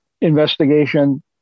investigation